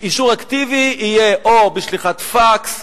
אישור אקטיבי יהיה או בשליחת פקס,